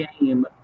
game